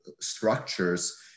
structures